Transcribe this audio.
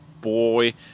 boy